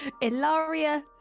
Ilaria